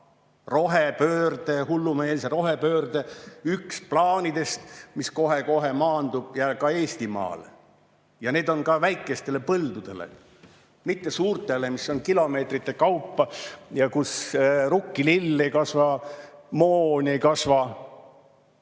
see on hullumeelse rohepöörde üks plaanidest, mis kohe-kohe maandub ka Eestimaale. Ka väikestele põldudele. Mitte suurtele, mida on kilomeetrite kaupa, kus rukkilill ei kasva, moon ei kasva